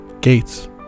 Gates